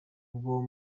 bwo